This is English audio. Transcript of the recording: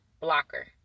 blocker